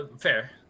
Fair